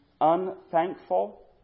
Unthankful